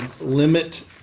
limit